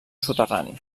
soterrani